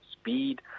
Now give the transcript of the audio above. speed